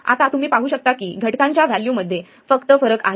आता तुम्ही पाहु शकता की घटकांच्या व्हॅल्यू मध्ये फक्त फरक आहे